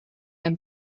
and